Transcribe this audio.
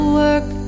work